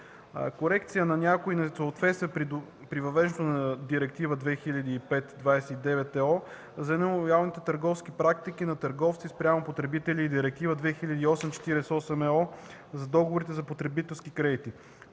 корекция на някои несъответствия при въвеждането на Директива 2005/29/ЕО за нелоялните търговски практики на търговци спрямо потребители и Директива 2008/48/ЕО за договорите за потребителски кредити.